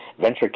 venture